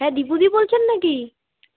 হ্যাঁ দীপু দি বলছেন না কি